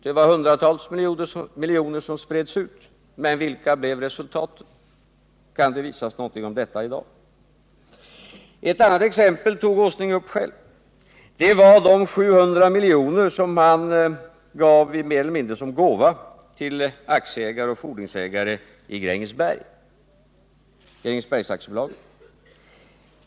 Det var hundratals miljoner som spreds ut, men vilka blev resultaten? Kan det visas någonting om detta i dag? Ett annat exempel tog Nils Åsling upp själv. Det var de 700 miljoner som man gav mer eller mindre som gåva till aktieägare och fordringsägare i Grängesbergsbolaget.